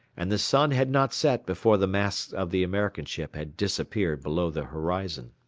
and the sun had not set before the masts of the american ship had disappeared below the horizon.